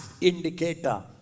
indicator